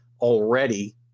already